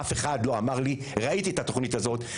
אף אחד לא אמר לי: ראיתי את התוכנית הזאת,